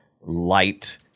light